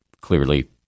clearly